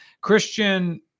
Christian